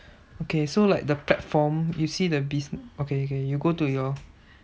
okay so like the platform you see the bus~ okay okay you go to your